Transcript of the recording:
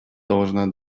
должна